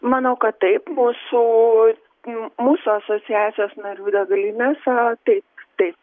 manau kad taip mūsų mū mūsų asociacijos narių degalinėse taip taip